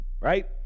Right